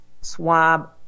swab